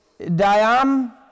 diam